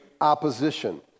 opposition